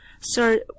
Sir